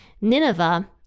Nineveh